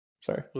sorry